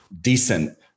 decent